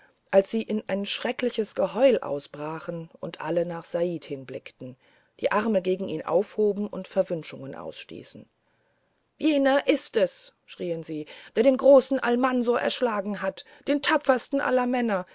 als sie in ein schreckliches geheul ausbrachen und alle nach said hinblickten die arme gegen ihn aufhoben und verwünschungen ausstießen jener ist es schrieen sie der den großen almansor erschlagen hat den tapfersten aller männer